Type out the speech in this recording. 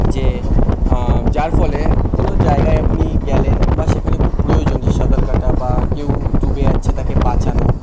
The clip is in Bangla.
যে যার ফলে কোনো জায়গায় আপনি গেলেন বা সেখানে খুব প্রয়োজন যে সাঁতার কাটা বা কেউ ডুবে যাচ্ছে তাকে বাঁচানো